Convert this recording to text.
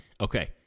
Okay